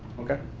okay.